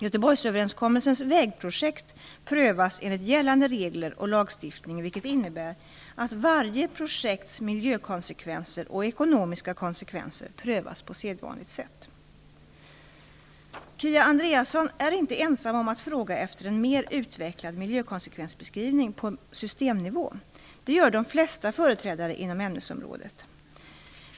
Göteborgsöverenskommelsens vägprojekt prövas enligt gällande regler och lagstiftning, vilket innebär att varje projekts miljökonsekvenser och ekonomiska konsekvenser prövas på sedvanligt sätt. Kia Andreasson är inte ensam om att fråga efter en mer utvecklad miljökonsekvensbeskrivning på systemnivå; det gör de flesta företrädare inom ämnesområdet.